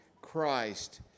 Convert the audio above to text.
Christ